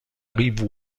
rive